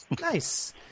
Nice